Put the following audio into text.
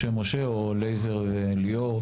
משה משה או לייזר וליאור,